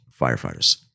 firefighters